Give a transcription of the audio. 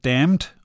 Damned